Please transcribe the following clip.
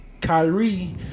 Kyrie